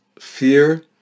fear